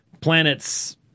planets